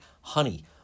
honey